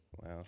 wow